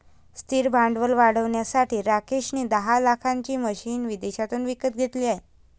स्थिर भांडवल वाढवण्यासाठी राकेश ने दहा लाखाची मशीने विदेशातून विकत घेतले आहे